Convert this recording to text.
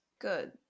good